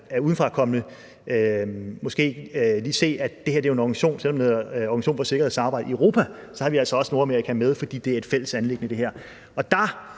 er udefrakommende, måske lige se, at det her er en organisation, selv om det er en organisation for sikkerhed og samarbejde i Europa, hvor vi altså også har Nordamerika med, fordi det her er et fælles anliggende. Der er det